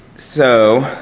so,